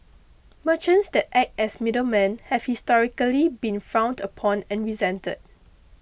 merchants that act as middlemen have historically been frowned upon and resented